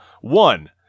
One